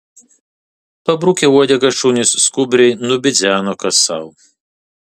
pabrukę uodegas šunys skubriai nubidzeno kas sau